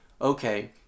Okay